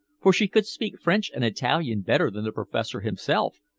for she could speak french and italian better than the professor himself,